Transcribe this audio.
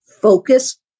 focus